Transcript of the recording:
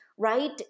right